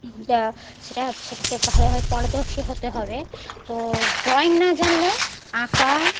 যা সেটা হচ্ছে সেটাতে ভালোভাবে পারদর্শী হতে হবে তো ড্রয়িং না জানলে আঁকা